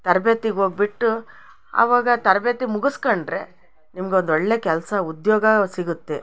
ತರಬೇತಿಗೆ ಹೋಗ್ಬಿಟ್ಟು ಆವಾಗ ತರಬೇತಿ ಮುಗುಸ್ಕಂಡರೆ ನಿಮ್ಗೊಂದೊಳ್ಳೆಯ ಕೆಲಸ ಉದ್ಯೋಗ ಸಿಗುತ್ತೆ